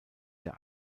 der